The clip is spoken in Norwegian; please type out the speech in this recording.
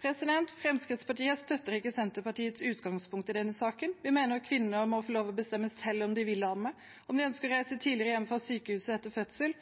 Fremskrittspartiet støtter ikke Senterpartiets utgangspunkt i denne saken. Vi mener at kvinner må få lov til å bestemme selv om de vil amme, om de ønsker å reise tidligere hjem fra sykehuset etter fødsel,